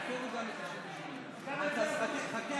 לחלופין של קבוצת סיעת הרשימה המשותפת לסעיף 1 לא נתקבלה.